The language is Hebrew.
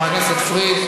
חבר הכנסת פריג',